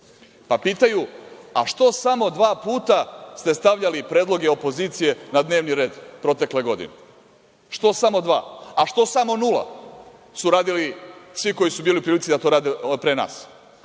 pitaju, a što samo dva puta ste stavljali predloge opozicije na dnevni red, protekle godine? Što samo dva, a što samo nula, su radili svi koji su bili u prilici da to rade pre nas? Ti